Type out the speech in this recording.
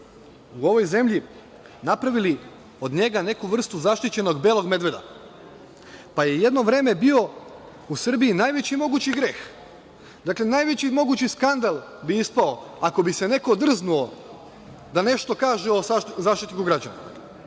u ovoj zemlji napravili od njega neku vrstu zaštićenog belog medveda, pa je jedno vreme bio u Srbiji najveći mogući greh, dakle, najveći mogući skandal bi ispao ako bi se neko drznuo da nešto kaže o Saši